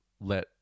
let